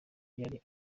yari